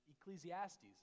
Ecclesiastes